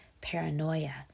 paranoia